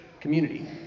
community